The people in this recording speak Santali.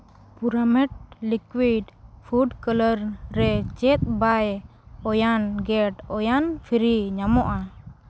ᱯᱩᱨᱟᱹᱢᱮᱰ ᱞᱤᱠᱩᱭᱤᱰ ᱯᱷᱩᱰ ᱠᱟᱞᱟᱨ ᱨᱮ ᱪᱮᱫ ᱵᱟᱭ ᱚᱣᱟᱱ ᱜᱮᱴ ᱚᱣᱟᱱ ᱯᱷᱨᱤ ᱧᱟᱢᱚᱜᱼᱟ